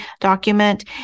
document